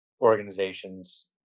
organizations